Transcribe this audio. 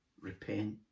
Repent